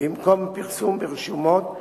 במקום פרסום ברשומות,